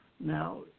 Now